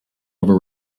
over